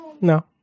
No